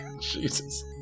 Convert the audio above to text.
Jesus